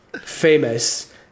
famous